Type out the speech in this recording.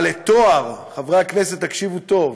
אבל את תואר, חברי הכנסת, תקשיבו טוב,